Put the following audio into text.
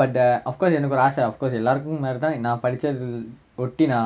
but err of course எனக்கொரு ஆசை:enakkoru aasai of course எல்லாருக்கும் மாறி தான் நா படிச்ச ஒட்டி நா